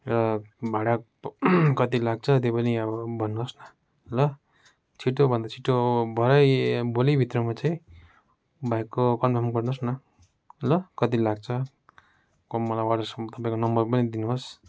र भाडा कति लाग्छ त्यो पनि अब भन्नुहोस् न ल छिटो भन्दा छिटो भरै भोलिभित्रमा चाहिँ भाइको कन्फर्म गर्नुहोस् न ल कति लाग्छ मलाई वाट्सएपमा तपाईँको नम्बर पनि दिनुहोस्